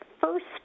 first